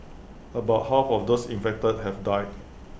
about half of those infected have died